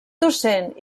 docent